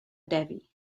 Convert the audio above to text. devi